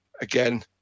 again